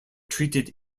treated